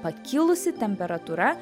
pakilusi temperatūra